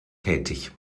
tätig